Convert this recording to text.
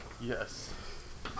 Yes